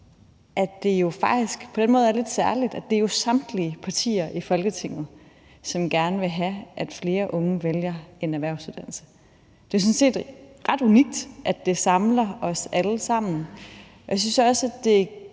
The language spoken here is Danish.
at det på den måde faktisk er lidt særligt, at det er samtlige partier i Folketinget, som gerne vil have, at flere unge vælger en erhvervsuddannelse. Det er sådan set ret unikt, at det samler os alle sammen, og jeg synes også, at det